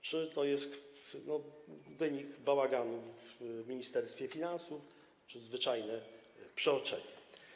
Czy to jest wynik bałaganu w Ministerstwie Finansów czy zwyczajne przeoczenie?